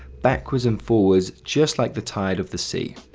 backwards and forwards, just like the tide of the sea.